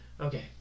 Okay